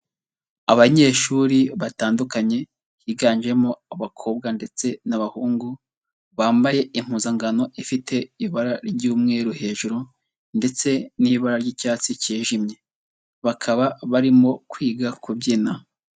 Abanyeshuri batandukanye higanjemo abakobwa ndetse n'abahungu, bambaye impuzankano ifite ibara ry'umweru hejuru, ndetse n'ibara ry'icyatsi cyijimye bakaba barimo kwiga kubyina.